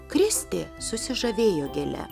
kristė susižavėjo gėle